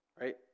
Right